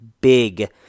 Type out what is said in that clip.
big